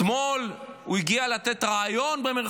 אתמול הוא הגיע לתת "ריאיון".